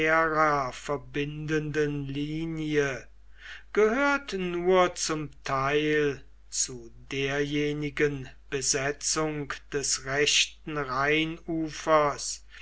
verbindenden linie gehört nur zum teil zu derjenigen besetzung des rechten rheinufers